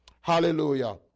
Hallelujah